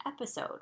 episode